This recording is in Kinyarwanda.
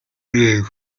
rev